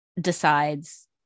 decides